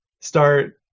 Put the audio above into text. start